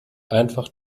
einfach